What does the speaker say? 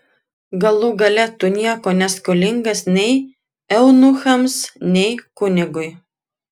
galų gale tu nieko neskolingas nei eunuchams nei kunigui